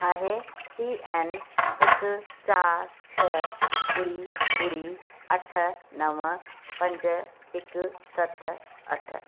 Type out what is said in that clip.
आहे सी एन हिकु चारि छह ॿुड़ी ॿुड़ी अठ नव पंज हिकु सत अठ